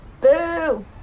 Boo